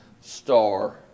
star